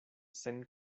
sen